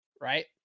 right